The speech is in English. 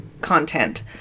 content